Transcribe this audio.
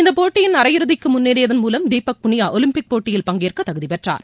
இந்தப் போட்டியின் அரையிறதிக்கு முன்னேறியதன் மூலம் தீபக் புனியா ஒலிம்பிக் போட்டியில் பங்கேற்க தகுதி பெற்றார்